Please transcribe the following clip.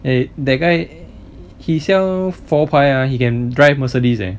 eh that guy he sell phor pae ah he can drive mercedes leh